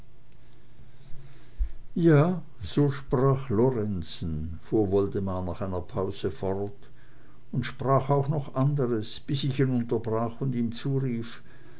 ja so sprach lorenzen fuhr woldemar nach einer pause fort und sprach auch noch andres bis ich ihn unterbrach und ihm zurief